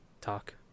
talk